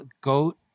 GOAT